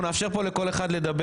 אנחנו נאפשר לכל אחד להתייחס.